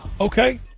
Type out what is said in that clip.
Okay